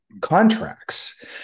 contracts